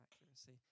accuracy